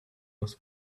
was